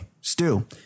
Stu